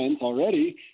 already